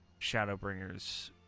Shadowbringers